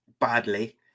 badly